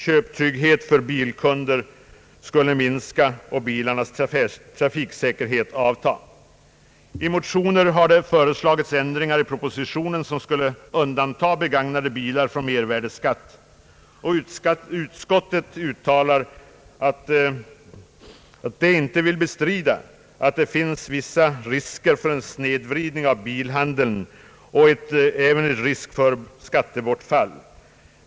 Köptryggheten för bilkunden skulle minska och bilarnas trafiksäkerhet avta. I motioner har föreslagits ändringar i propositionen så att begagnade bilar skulle undantas från mervärdeskatt. Ut skottet uttalar att det inte vill bestrida att det kan finnas vissa risker för en snedvridning av bilhandeln ävensom risk för skattebortfall.